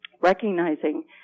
recognizing